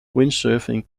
windsurfing